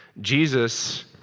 Jesus